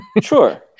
Sure